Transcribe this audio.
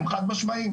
הם חד משמעותיים.